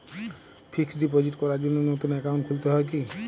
Fix deposit করার জন্য নতুন অ্যাকাউন্ট খুলতে হয় কী?